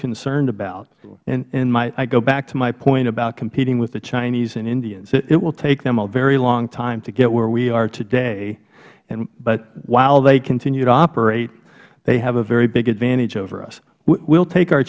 concerned about and i go back to my point about competing with the chinese and indians it will take them a very long to get where we are today but while they continue to operate they have a very big advantage over us we will take our